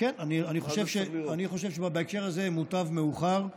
כן, אני חושב שבהקשר הזה מוטב מאוחר.